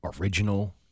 original